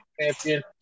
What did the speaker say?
champion